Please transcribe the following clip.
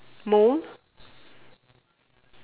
mold